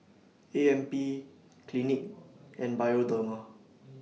A M P Clinique and Bioderma